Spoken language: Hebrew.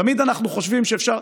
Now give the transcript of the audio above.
תמיד אנחנו חושבים שאפשר.